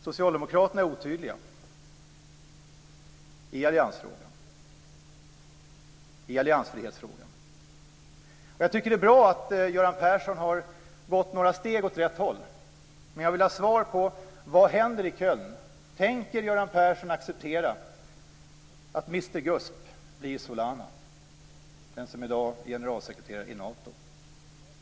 Socialdemokraterna är otydliga i alliansfrihetsfrågan. Det är bra att Göran Persson har gått några steg åt rätt håll, men jag vill ha svar på frågan: Vad händer i Köln? Tänker Göran Persson acceptera att Solana blir mr Gusp, Solana som i dag är generalsekreterare i Nato?